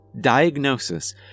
Diagnosis